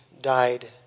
died